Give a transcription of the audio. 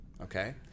Okay